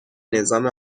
نظام